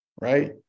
right